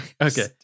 okay